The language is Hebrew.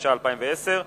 התש"ע 2010,